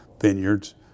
vineyards